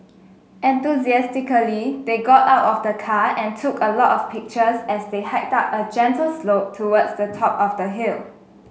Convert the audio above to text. enthusiastically they got out of the car and took a lot of pictures as they hiked up a gentle slope towards the top of the hill